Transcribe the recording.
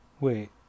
Wait